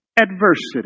adversity